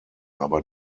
aber